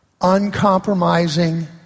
uncompromising